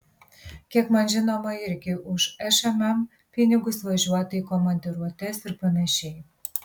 kiek man žinoma irgi už šmm pinigus važiuota į komandiruotes ir panašiai